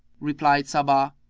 replied sabbah,